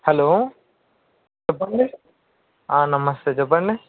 hello చెప్పండి నమస్తే చెప్పండి